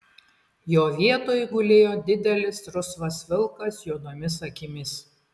jo vietoj gulėjo didelis rusvas vilkas juodomis akimis